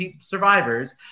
survivors